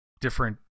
different